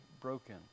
broken